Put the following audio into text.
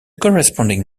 corresponding